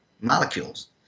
molecules